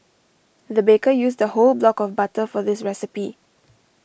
the baker used a whole block of butter for this recipe